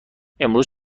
امروز